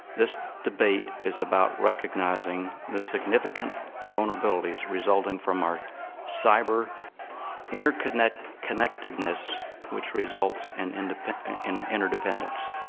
this debate is about recognizing the significant vulnerabilities resulting from our cyber interconnectedness interconnectedness which results and and in interdependence.